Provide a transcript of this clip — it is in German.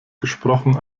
gesprochen